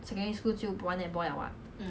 I went for trials lah I should've went for